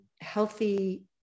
healthy